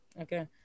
Okay